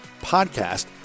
podcast